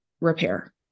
repair